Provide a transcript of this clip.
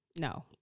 No